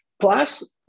plus